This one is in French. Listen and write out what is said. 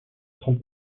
sans